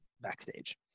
backstage